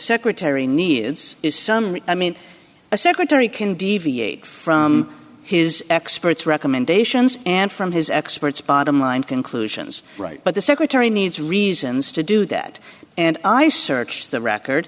secretary needs is some i mean i said terry can deviate from his expert's recommendations and from his experts bottom line conclusions right but the secretary needs reasons to do that and i searched the record